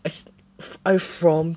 as I from